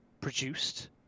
produced